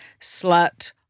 slut